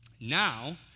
now